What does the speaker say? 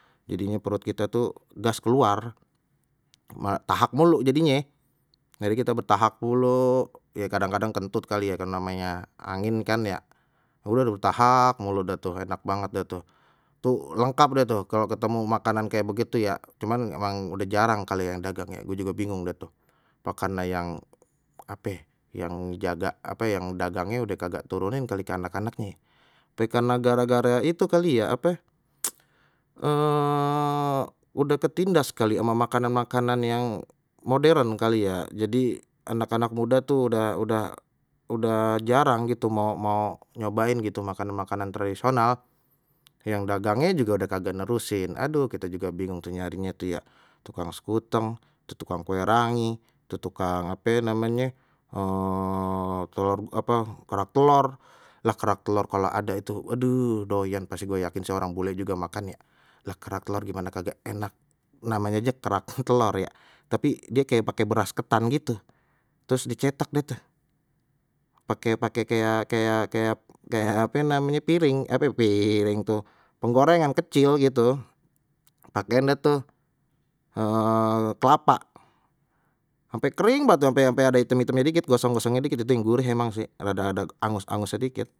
Perut kita tuh gas keluar ma tahak mulu jadinye jadi kita brtahak mulu ye kadang-kadang kentut kali ye, kan namana angin kan ya udah dah tuh tahak mulu dah tu enak banget dah tuh, tuh lengkap deh tuh kalau ketemu makanan kayak begitu ya cuman emang udah jarang kali ya yang dagangnya gue juga bingung dah tu, pa karena yang aktif yang jaga apa yang dagangnya udah kagak turunin kali ke anak-anaknye ape karena gara-gara itu kali ya ape udah ketindas kali ama makanan-makanan yang modern kali ya, jadi anak-anak muda tuh udah udah udah jarang gitu mau mau nyobain gitu makan makanan tradisional, yang dagangnya juga udah kagak nerusin aduh kita juga bingung tuh nyarinya tu ya rukang sekuteng, tu tukang kue rangi, tu tukang ape namenye kerak telor ah kerak telor kalau ada itu aduh doyan pasti gue yakin sih orang bule juga makannye lah kerak telor gimana kagak enak, namanye aje kerak telor ya tapi dia kayak pakai beras ketan gitu terus dicetak deh tu pake pake kaya kayak kayak kayak ape namenye piring ape piring penggorengan kecil gitu pakein deh tu kelapa ampe kering banget tu ampe ampe ada item-itemnya dikit gosong gosongnya dikit emang sih rada ada angus angusnya dikit.